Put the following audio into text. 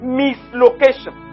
mislocation